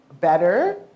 better